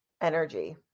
energy